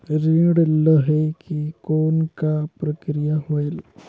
ऋण लहे के कौन का प्रक्रिया होयल?